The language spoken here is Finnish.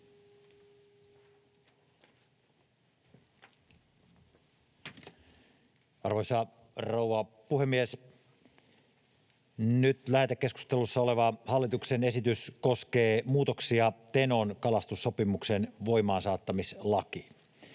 Arvoisa rouva puhemies! Nyt lähetekeskustelussa oleva hallituksen esitys koskee muutoksia Tenon kalastussopimuksen voimaansaattamislakiin.